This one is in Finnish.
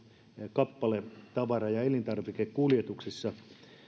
kappale tavara ja elintarvikekuljetuksissa